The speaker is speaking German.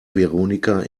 veronika